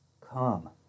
Come